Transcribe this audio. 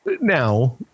now